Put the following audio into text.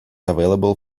available